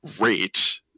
rate